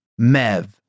Mev